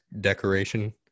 decoration